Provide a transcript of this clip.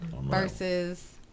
Versus